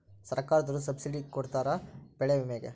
ಸರ್ಕಾರ್ದೊರು ಸಬ್ಸಿಡಿ ಕೊಡ್ತಾರ ಬೆಳೆ ವಿಮೆ ಗೇ